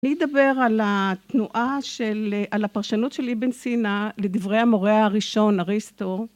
אני נדבר על התנועה של... על הפרשנות של איבן סינה לדברי המורה הראשון, אריסטו.